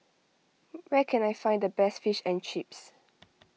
where can I find the best Fish and Chips